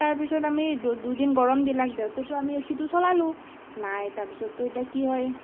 তাৰপিছত আমি দুদিন গৰম দিলে দিওঁতেতো আমি এ চিটো চলালোঁ নাই তাৰপিছততো এতিয়া কি হয়